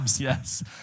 Yes